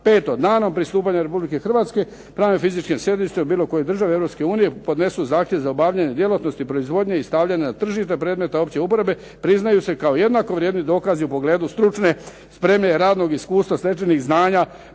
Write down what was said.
Peto, danom pristupanja Republike Hrvatske pravne i fizičke osobe sa sjedištem u bilo kojoj državi Europske unije podnesu zahtjev za obavljanje djelatnosti proizvodnje i stavljanja na tržište predmeta opće uporabe priznaju se kao jednako vrijedni dokazi u pogledu stručne spreme, radnog iskustva, stečenih znanja,